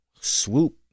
Swoop